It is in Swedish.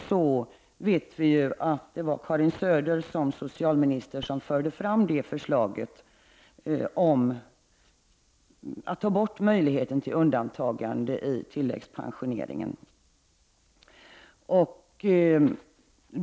Vi vet att det var Karin Söder såsom socialminister som förde fram förslaget om att ta bort möjligheten till undantagande i tilläggspensioneringen.